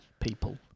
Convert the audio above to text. people